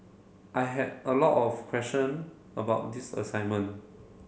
I had a lot of question about this assignment